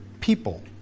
people